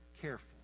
careful